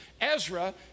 Ezra